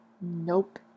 nope